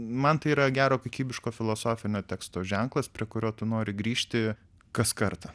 man tai yra gero kokybiško filosofinio teksto ženklas prie kurio tu nori grįžti kas kartą